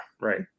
right